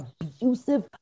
abusive